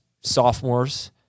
sophomores